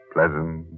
Pleasant